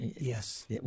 Yes